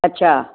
अछा